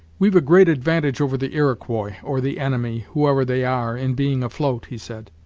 we've a great advantage over the iroquois, or the enemy, whoever they are, in being afloat, he said.